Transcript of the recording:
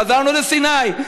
חזרנו לסיני,